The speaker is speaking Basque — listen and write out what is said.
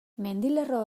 mendilerro